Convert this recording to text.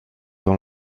dans